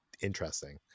interesting